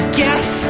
guess